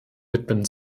widmen